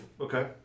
Okay